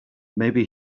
maybe